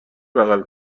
بغل